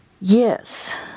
yes